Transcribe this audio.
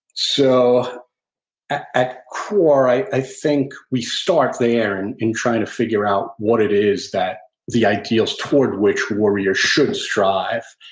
so at at core, i i think we start there and and try to figure out what it is that, the ideals toward which warriors should strive.